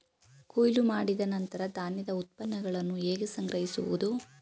ಕೊಯ್ಲು ಮಾಡಿದ ನಂತರ ಧಾನ್ಯದ ಉತ್ಪನ್ನಗಳನ್ನು ಹೇಗೆ ಸಂಗ್ರಹಿಸುವುದು?